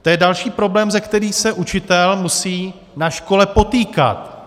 To je další problém, se kterým se učitel musí na škole potýkat.